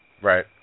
Right